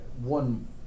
one